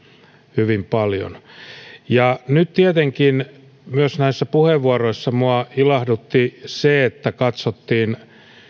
hyvin paljon nyt tietenkin näissä puheenvuoroissa minua ilahdutti myös se että katsottiin